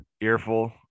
earful